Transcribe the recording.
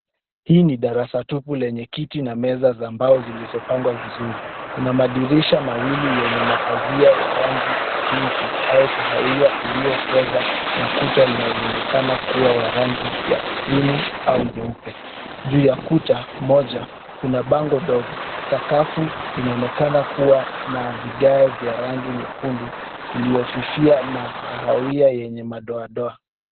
Hii ni darasa tupu lenye kiti na meza za mbao zilizopangwa vizuri. Kuna madirisha mawili enye mapasia ya rangi ya pinki au kahawia iliokosa na kuta linaloonekana kuwa ya rangi ya kirimu au nyeupe. Juu ya kuta moja kuna bango ndogo. Sakafu inaonekana kuwa na vigae vya rangi nyekundu iliofifia na kahawia enye madodoa.